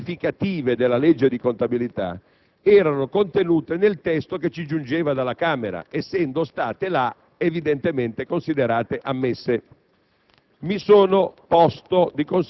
di fatto modificative della legge di contabilità, erano contenute nel testo che ci giungeva dalla Camera, essendo state là evidentemente considerate ammissibili.